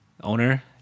owner